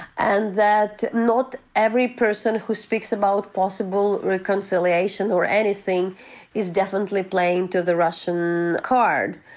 and that not every person who speaks about possible reconciliation or anything is definitely playing to the russian card.